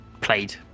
played